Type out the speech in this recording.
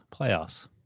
playoffs